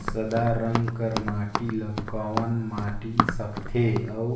सादा रंग कर माटी ला कौन माटी सकथे अउ